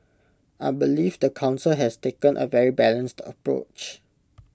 I believe the Council has taken A very balanced approach